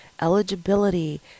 eligibility